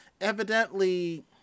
Evidently